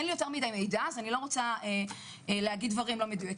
אין לי יותר מדי מידע אז אני לא רוצה להגיד דברים לא מדויקים,